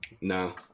No